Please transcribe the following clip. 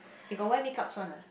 you got wear makeups one ah